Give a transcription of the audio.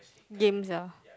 game the